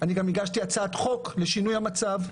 אני גם הגשתי הצעת חוק לשינוי המצב,